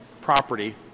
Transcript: property